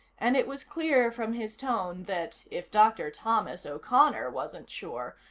and it was clear from his tone that, if dr. thomas o'connor wasn't sure,